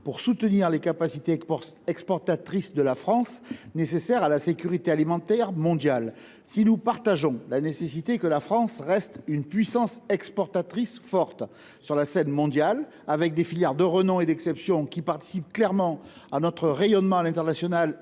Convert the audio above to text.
pour soutenir les capacités exportatrices de la France nécessaires à la sécurité alimentaire mondiale. Si nous souscrivons à la nécessité que la France reste une puissance exportatrice forte sur la scène mondiale, avec des filières de renom et d’exception participant clairement à notre rayonnement à l’international